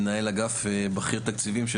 מנהל אגף בכיר תקציבים,